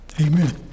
Amen